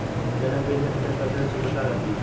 जनक बीज में कितने प्रतिशत शुद्धता रहती है?